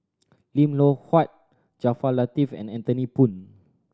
Lim Loh Huat Jaafar Latiff and Anthony Poon